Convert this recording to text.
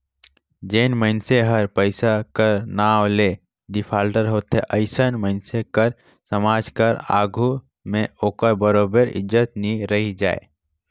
जेन मइनसे हर पइसा कर नांव ले डिफाल्टर होथे अइसन मइनसे कर समाज कर आघु में ओकर बरोबेर इज्जत नी रहि जाए